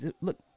look